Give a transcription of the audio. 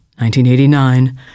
1989